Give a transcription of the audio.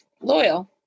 Loyal